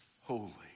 holy